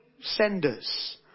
senders